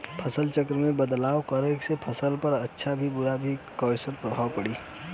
फसल चक्र मे बदलाव करला से फसल पर अच्छा की बुरा कैसन प्रभाव पड़ी?